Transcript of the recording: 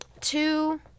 two